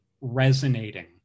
resonating